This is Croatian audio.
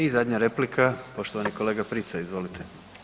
I zadnja replika, poštovani kolega Prica, izvolite.